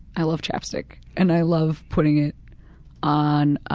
i love chap stick, and i love putting it on,